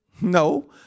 No